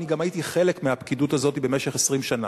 אני גם הייתי חלק מהפקידות הזו במשך 20 שנה.